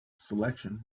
selection